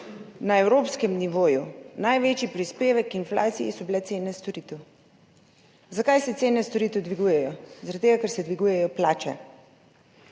na evropskem nivoju? Največji prispevek k inflaciji so bile cene storitev. Zakaj se cene storitev dvigujejo? Zaradi tega, ker se dvigujejo plače.